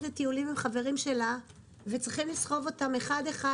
לטיולים עם חברים שלה וצריכים לסחוב אותם אחד-אחד,